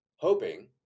hoping